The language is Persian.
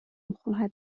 خواهد